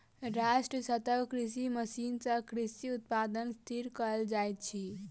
राष्ट्रीय सतत कृषि मिशन सँ कृषि उत्पादन स्थिर कयल जाइत अछि